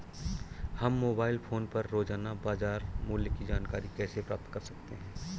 हम mobile phone पर रोजाना बाजार मूल्य की जानकारी कैसे प्राप्त कर सकते हैं?